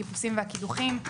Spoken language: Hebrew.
החיפושים והקידוחים,